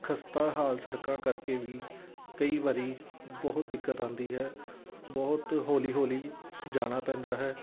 ਖਸਤਾ ਹਾਲ ਸੜਕਾਂ ਕਰਕੇ ਵੀ ਕਈ ਵਾਰ ਬਹੁਤ ਦਿੱਕਤ ਆਉਂਦੀ ਹੈ ਬਹੁਤ ਹੌਲੀ ਹੌਲੀ ਜਾਣਾ ਪੈਂਦਾ ਹੈ